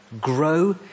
Grow